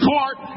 Court